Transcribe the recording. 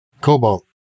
cobalt